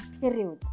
Period